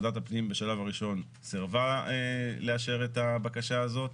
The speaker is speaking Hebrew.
ועדת הפנים בשלב ראשון סירבה לאשר את הבקשה הזאת,